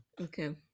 Okay